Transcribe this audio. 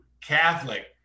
Catholic